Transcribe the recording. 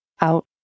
out